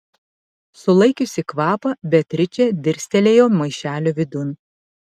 sulaikiusi kvapą beatričė dirstelėjo maišelio vidun